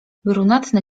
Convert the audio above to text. brunatny